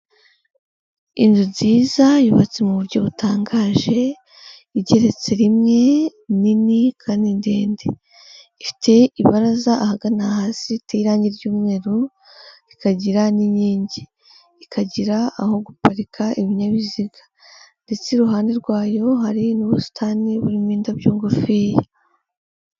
Inzu nziza yubatse mu buryo butangaje, igeretse rimwe nini kandi ndende, ifite ibaraza ahagana hasi, iteyeho irangi ry'umweru, ikagira n'inkingi, ikagira aho guparika ibinyabiziga, ndetse iruhande rwayo hari n'ubusitani burimo indabyo ngufiya.